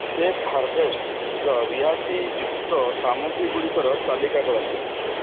safe harvester ରିହାତିଯୁକ୍ତ ସାମଗ୍ରୀଗୁଡ଼ିକର ତାଲିକା କରନ୍ତୁ